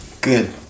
Good